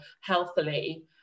healthily